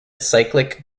cyclic